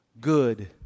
good